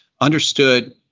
understood